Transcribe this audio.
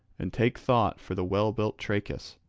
and take thought for the well-built trachis.